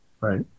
right